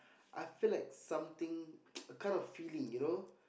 I feel like something a kind of feeling you know